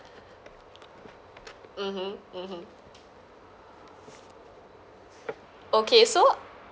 mmhmm mmhmm okay so